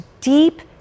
deep